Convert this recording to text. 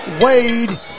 Wade